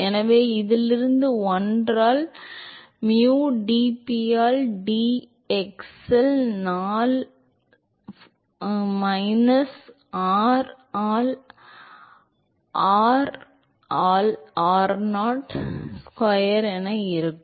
எனவே இதிலிருந்து 1 ஆல் மியூ டிபி ஆல் டிஎக்ஸ் 4 அவுட் 1 மைனஸ் ஆர் ஆல் ஆர் ஆல் r0 என இருக்கும் திசைவேக சுயவிவரத்தை என்னால் கண்டுபிடிக்க முடியும்